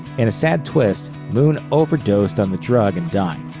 in a sad twist, moon overdosed on the drug and died.